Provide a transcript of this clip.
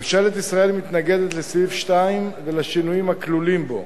ממשלת ישראל מתנגדת לסעיף 2 ולשינויים הכלולים בו: